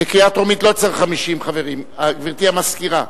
בקריאה טרומית לא צריך 50 חברים, גברתי המזכירה?